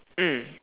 mm